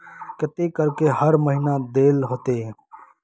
केते करके हर महीना देल होते?